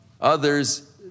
others